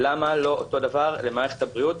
למה לא אותו דבר למערכת הבריאות?